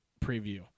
preview